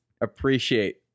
appreciate